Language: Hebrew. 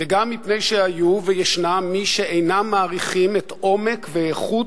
וגם מפני שהיו וישנם מי שאינם מעריכים את עומק ואיכות